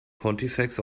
pontifex